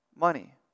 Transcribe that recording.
money